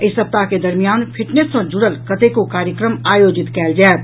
एहि सप्ताह के दरमियान फिटनेस सॅ जुड़ल कतेको कार्यक्रम आयोजित कयल जायत